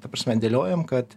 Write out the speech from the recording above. ta prasme dėliojam kad